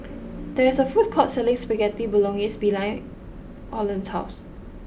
there is a food court selling Spaghetti Bolognese behind Orland's house